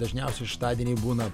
dažniausiai šeštadieniai būna